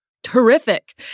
Terrific